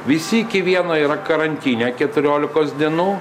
visi iki vieno yra karantine keturiolikos dienų